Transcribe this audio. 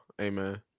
amen